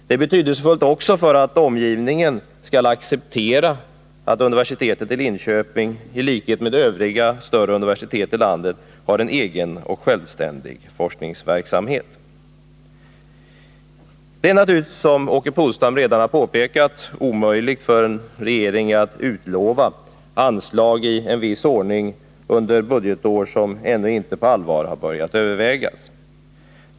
Det är betydelsefullt också för att omgivningen skall acceptera att universitetet i Linköping i likhet med övriga större universitet i landet har en egen och självständig forskningsverksamhet. Det är naturligtvis, som Åke Polstam redan har påpekat, omöjligt för en regering att utlova anslag i en viss ordning under budgetår som ännu inte har börjat övervägas på allvar.